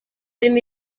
birimo